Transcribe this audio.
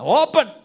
open